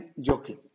joking